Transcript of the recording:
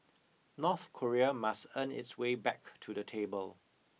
North Korea must earn its way back to the table